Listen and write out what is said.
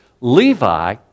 Levi